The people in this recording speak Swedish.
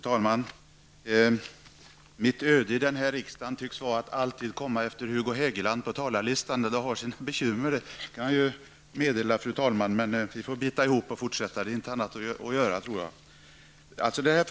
Fru talman! Det tycks vara mitt öde här i riksdagen att alltid komma efter Hugo Hegeland på talarlistan. Det har sina sidor, det kan jag meddela fru talmannen. Jag får bita ihop och fortsätta, det är nog ingenting annat att göra.